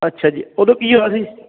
ਅੱਛਾ ਜੀ ਉਦੋਂ ਕੀ ਹੋਇਆ ਸੀ